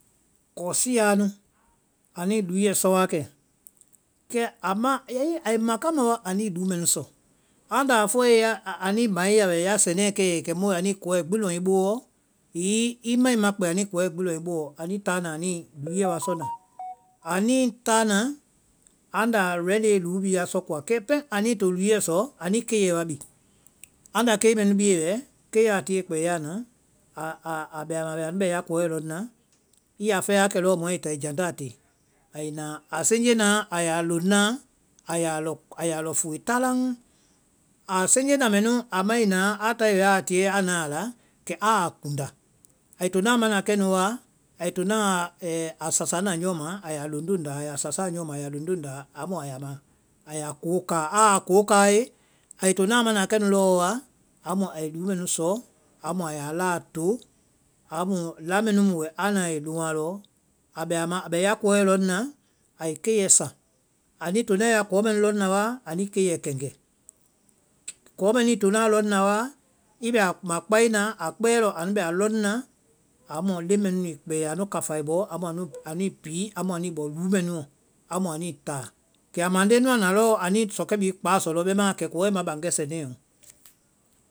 Kɔsiyaa nu, anuĩ lúuɛ sɔ wa kɛ, kɛ ama, ai ma kama wa anuĩ lúu mɛnu sɔ. Anda a fɔe, anui baŋ i la wɛ, ya sɛnɛɛ kɛmu wɛ anui kɔɔ gbi lɔŋ i booɔ, hiŋi i mai ma kpɛɛ anui kɔɛ gbi lɔŋ i booɔ, ani táa na ani lúuɛ wa sɔ na, ani táa na, anda rɛlee lúu bhii a sɔ koa, kɛ peŋ ani to lúu bhii wáe sɔ, ani keiɛ wa bii. Anda kei mɛnu bie wɛ, keiɛ a tie kpɛya naa. a a bɛa ma wɛ anu bɛ ya kɔɛ lɔŋ na, i ya fɛɛ wa lɔɔ mɔɛ táa ai jandaa te ai naã, a senje naã a yaa loŋ naã, a yaa lɔ- a yaa lɔ fule tálaŋ. A senje na mɛnu a mai naã a wɛ aa tiɛe a naã a la, kɛ aa kunda, ai tona a mana kɛnu wa, ai tonaã sasa na nyɔɔ ma, a yaa luŋluŋ nda, a ya sasa na nyɔɔ ma, a yaa luŋluŋ nda, amu a ya baŋ. a ya kokáa, aa kookáae, ai tonaã a mana kɛnu lɔɔ wa, amu ai lúuɛ sɔ, amu a ya laa to, amu la mɛnu mu wɛ a nae ai lɔŋ a lɔ, a bɛ ama a bɛ ya kɔɔɛ lɔŋ na, ai keiɛ sa. ani tonaã ya kɔɔ mɛnu lɔŋ na wa ani keiɛ kɛngɛ, kɔɔ mɛnu i tona lɔŋ na wa, i bɛ a kuma kpina, a kpɛɛ lɔ anu bɛ a lɔŋ naã, amu leŋ mɛɛ nunu i kpɛ yaa anu kafai bɔ amu anui pii anui bɔ lúu mɛ amu anui táa. Kɛ a mande nu a na lɔɔ anuĩ sɔkɛ bhii kpasɔ lɔɔ bemaã kɛ kɔɛ ma baŋ wɛ sɛnɛɔ.